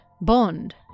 bond